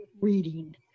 reading